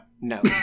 No